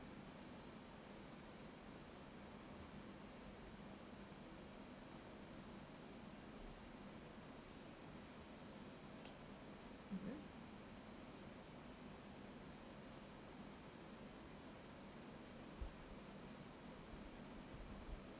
okay mmhmm